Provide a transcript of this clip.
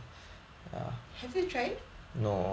have you tried